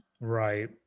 Right